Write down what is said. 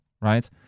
right